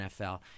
NFL